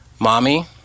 Mommy